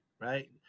right